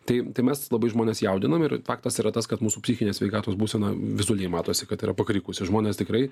tai tai mes labai žmones jaudinam ir faktas yra tas kad mūsų psichinės sveikatos būsena vizualiai matosi kad yra pakrikusi žmonės tikrai